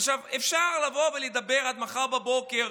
עכשיו, אפשר לבוא ולדבר עד מחר בבוקר,